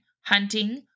hunting